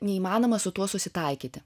neįmanoma su tuo susitaikyti